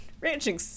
ranching